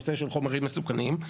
לשנות התקציב 2023 ו-2024),